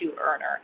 earner